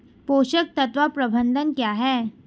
पोषक तत्व प्रबंधन क्या है?